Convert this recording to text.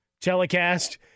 telecast